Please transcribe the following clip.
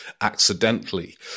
accidentally